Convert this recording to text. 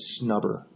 snubber